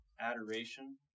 adoration